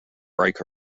break